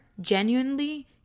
genuinely